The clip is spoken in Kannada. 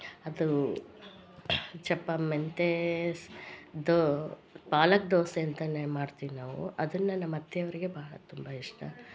ಅದು ಚಪಾ ಮೆಂತೆ ಇದು ಪಾಲಕ್ ದೋಸೆ ಅಂತಾನೆ ಮಾಡ್ತೀವಿ ನಾವು ಅದನ್ನ ನಮ್ಮ ಅತ್ತೇವರಿಗೆ ಭಾಳ ತುಂಬಾ ಇಷ್ಟ